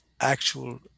actual